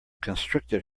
constricted